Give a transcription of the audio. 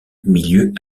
milieux